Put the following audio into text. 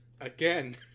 Again